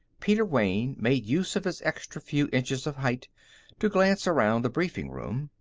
peter wayne made use of his extra few inches of height to glance around the briefing room.